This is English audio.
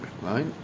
right